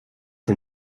dem